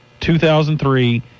2003